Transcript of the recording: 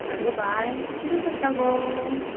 hello बाय किदें करता गो